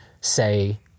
say